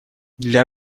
для